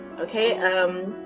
Okay